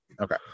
Okay